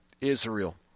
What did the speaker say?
Israel